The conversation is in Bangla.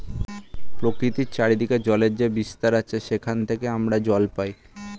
প্রকৃতির চারিদিকে জলের যে বিস্তার আছে সেখান থেকে আমরা জল পাই